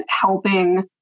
helping